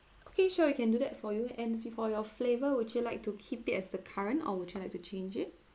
okay sure we can do that for you and for your flavour would you like to keep it as the current or would you like to change it